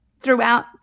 throughout